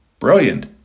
Brilliant